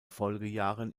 folgejahren